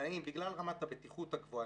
בגלל רמת הבטיחות הגבוהה.